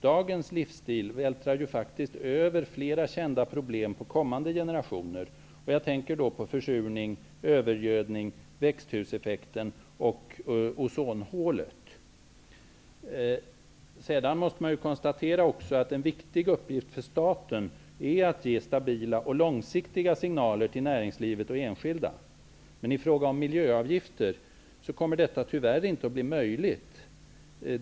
Dagens livsstil vältrar över flera kända problem på kommande generationer -- jag tänker på försurning, övergödning, växthuseffekt och ozonhål. Sedan måste också konstateras att en viktig uppgift för staten är att ge stabila och långsiktiga signaler till näringslivet och till enskilda. I fråga om miljöavgifter kommer detta tyvärr inte att bli möjligt.